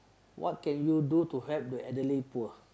what can you do to help the elderly poor